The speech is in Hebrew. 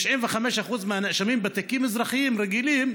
95% מהנאשמים בתיקים אזרחיים רגילים,